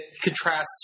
contrasts